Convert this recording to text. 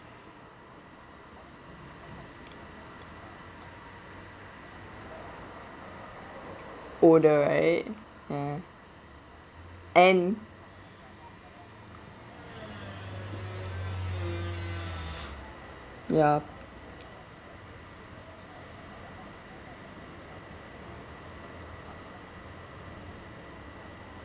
older right ya and yup